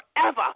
forever